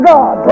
God